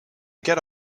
get